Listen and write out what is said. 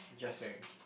just saying